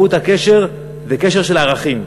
מהות הקשר היא קשר של ערכים.